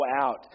out